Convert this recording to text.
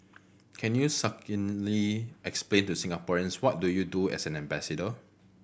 can you succinctly explain to Singaporeans what do you do as an ambassador